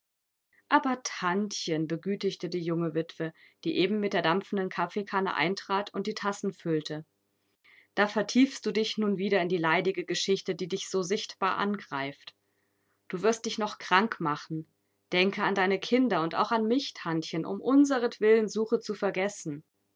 aber tantchen begütigte die junge witwe die eben mit der dampfenden kaffeekanne eintrat und die tassen füllte da vertiefst du dich nun wieder in die leidige geschichte die dich so sichtbar angreift du wirst dich noch krank machen denke an deine kinder und auch an mich tantchen um unsertwillen suche zu vergessen